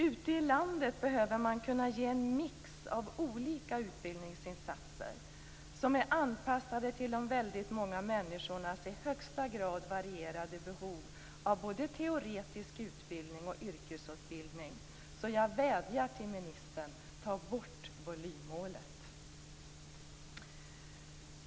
Ute i landet behöver man kunna ge en mix av olika utbildningsinsatser som är anpassade till de väldigt många människornas i högsta grad varierade behov av både teoretisk utbildning och yrkesutbildning. Jag vädjar därför till ministern: Ta bort volymmålet!